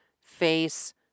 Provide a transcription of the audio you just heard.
face